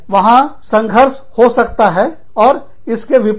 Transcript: वहां विवाद संघर्ष हो सकता है और इसके विपरीत